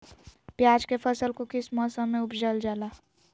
प्याज के फसल को किस मौसम में उपजल जाला?